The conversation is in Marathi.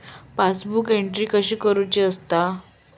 पासबुक एंट्री कशी करुची असता?